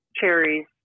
cherries